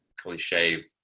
cliche